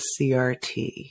CRT